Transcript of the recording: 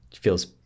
feels